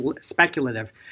speculative